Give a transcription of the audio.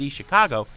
Chicago